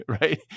Right